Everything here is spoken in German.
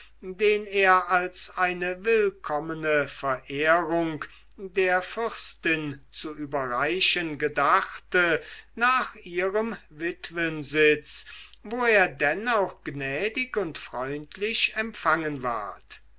den er als eine willkommene verehrung der fürstin zu überreichen gedachte nach ihrem witwensitz wo er denn auch gnädig und freundlich empfangen ward